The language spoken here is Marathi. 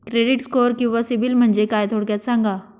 क्रेडिट स्कोअर किंवा सिबिल म्हणजे काय? थोडक्यात सांगा